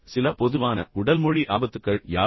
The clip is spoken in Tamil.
சில பொதுவான உடல் மொழி ஆபத்துக்கள் யாவை